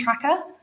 tracker